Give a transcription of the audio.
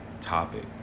topic